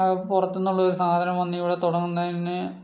അത് പുറത്തുനിന്നുള്ള ഒരു സ്ഥാപനം വന്ന് ഇവിടെ തുടങ്ങുന്നതിന്